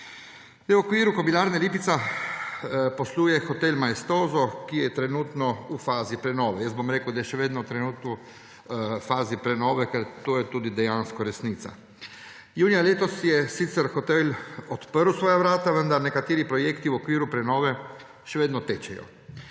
V okviru Kobilarne Lipica posluje hotel Maestoso, ki je trenutno v fazi prenove. Jaz bom rekel, da je še vedno trenutno v fazi prenove, ker to je tudi dejansko resnica. Julija letos je sicer hotel odprl svoja vrata, vendar nekateri projekti v okviru prenove še vedno tečejo.